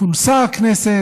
כונסה הכנסת.